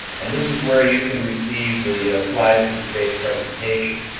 and this is where ah you can receive the slides from today's presentation.